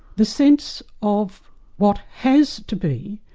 the sense of what has to be,